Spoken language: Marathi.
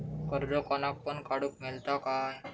कर्ज कोणाक पण काडूक मेलता काय?